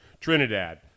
Trinidad